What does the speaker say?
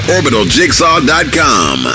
OrbitalJigsaw.com